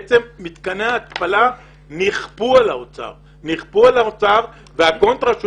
בעצם מתקני ההתפלה נכפו על האוצר והקונטרה שהוא